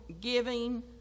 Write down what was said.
giving